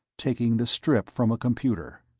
taking the strip from a computer.